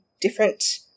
different